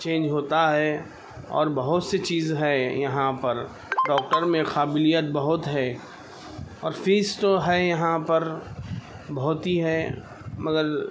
change ہوتا ہے اور بہت سی چیز ہے یہاں پر ڈاکٹر میں قابلیت بہت ہے اور فیس تو ہے یہاں پر بہت ہی ہے مگر